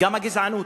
גם הגזענות,